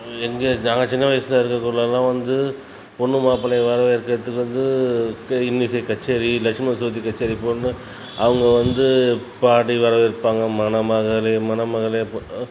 எங்கள் நாங்கள் சின்ன வயசுல இருக்கக்குள்ளலாம் வந்து பொண்ணு மாப்பிளைய வரவேற்கிறத்துக்கு வந்து இப்போ இன்னிசை கச்சேரி லக்ஷ்மண் சுருதி கச்சேரி போடுனா அவங்க வந்து பாடி வரவேற்பாங்க மணமகளே மணமகளே